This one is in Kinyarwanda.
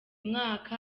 mwaka